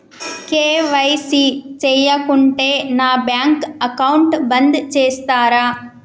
KYC చేయకుంటే నా bank account బంద్ చేస్తరా?